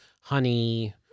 honey